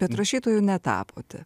bet rašytoju netapote